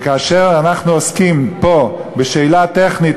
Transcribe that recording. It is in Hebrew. וכאשר אנחנו עוסקים פה בשאלה טכנית,